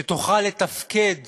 שתוכל לתפקד